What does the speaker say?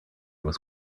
was